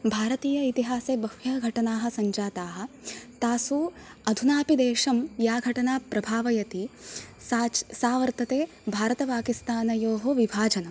भारतिय इतिहासे बह्वयः घटनाः सञ्जाताः तासु अधुनापि देशं या घटना प्रभावयति सा सा वर्तते भारतपाकिस्तानयोः विभाजनं